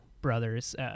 brothers